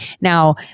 Now